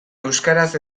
euskaraz